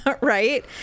Right